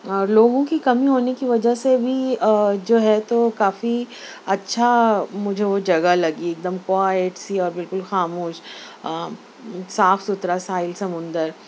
لوگوں کی کمی ہونے کی وجہ سے بھی جو ہے تو کافی اچھا مجھے وہ جگہ لگی ایک دم کوائٹ سی اور بالکل خاموش صاف ستھرا ساحل سمندر